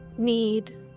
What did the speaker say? need